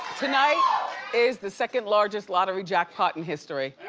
tonight is the second largest lottery jackpot in history.